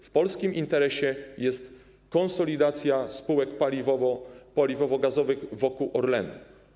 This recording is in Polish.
W polskim interesie jest konsolidacja spółek paliwowo-gazowych wokół Orlenu.